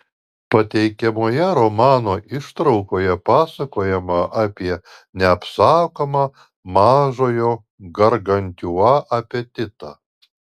pateikiamoje romano ištraukoje pasakojama apie neapsakomą mažojo gargantiua apetitą